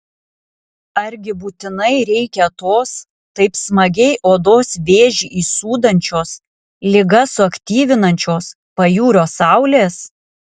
argi būtinai reikia tos taip smagiai odos vėžį įsūdančios ligas suaktyvinančios pajūrio saulės